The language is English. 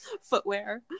footwear